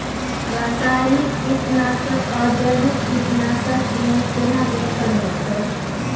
रसायनिक कीटनासक आ जैविक कीटनासक में केना बेहतर होतै?